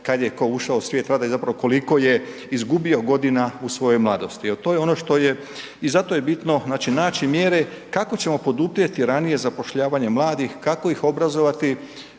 kad je tko ušao u svijet rada i zapravo koliko je izgubio godina u svojoj mladosti jer to je ono što je i zato je bitno, znači naći mjere kako ćemo poduprijeti ranije zapošljavanje mladih, kako ih obrazovati